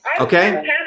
Okay